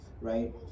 right